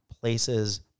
places